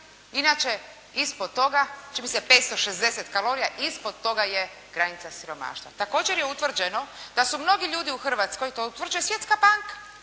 inače ispod toga, čini mi se 560 kalorija, ispod toga je granica siromaštva. Također je utvrđeno da su mnogi ljudi u Hrvatskoj, to utvrđuje Svjetska banaka